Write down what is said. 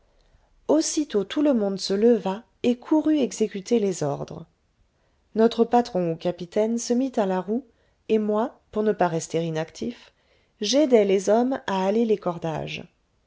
aussitôt tout le monde se leva et courut exécuter les ordres notre patron ou capitaine se mit à la roue et moi pour ne pas rester inactif j'aidai les hommes à hâler les cordages